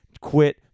Quit